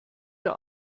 der